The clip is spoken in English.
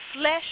flesh